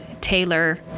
Taylor